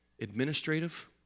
administrative